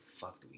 fuck